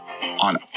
on